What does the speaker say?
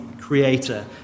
creator